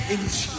Inch